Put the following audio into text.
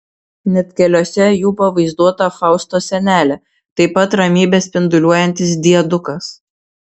net keliuose jų pavaizduota faustos senelė taip pat ramybe spinduliuojantis diedukas